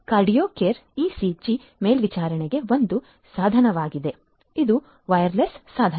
Cardiocore ECG ಮೇಲ್ವಿಚಾರಣೆಗೆ ಒಂದು ಸಾಧನವಾಗಿದೆ ಇದು ವೈರ್ಲೆಸ್ ಸಾಧನ